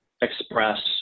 express